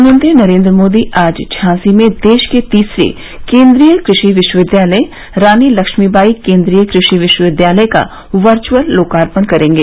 प्रधानमंत्री नरेन्द्र मोदी आज झांसी में देश के तीसरे केन्द्रीय कृषि विश्वविद्यालय रानी लक्ष्मी बाई केन्द्रीय कृषि विश्वविद्यालय का वर्चुअल लोकार्पण करेंगे